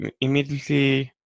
immediately